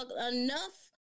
enough